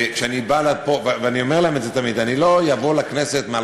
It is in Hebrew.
ואני אומר להם את זה תמיד: אני לא אבוא לכנסת לתת תשובה מעל